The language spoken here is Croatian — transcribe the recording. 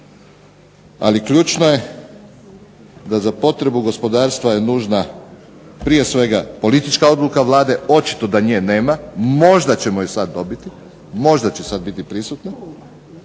ali ključno je, da za potrebu gospodarstva je nužna prije svega politička odluka Vlade, očito da nje nema, možda ćemo je sad dobiti, možda će sad biti prisutna